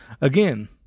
again